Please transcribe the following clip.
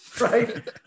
right